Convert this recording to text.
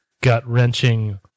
gut-wrenching